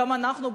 גם אנחנו,